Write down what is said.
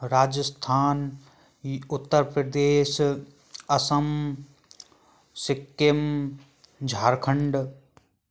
Rajasthan Uttar Pradesh Assam Sikkim Jharkhand